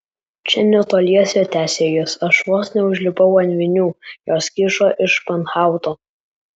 čia netoliese tęsė jis aš vos neužlipau ant vinių jos kyšo iš španhauto